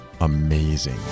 amazing